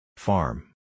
Farm